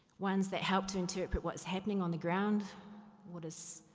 ones that help to interpret what's happening on the ground what is,